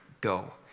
Go